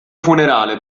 funerale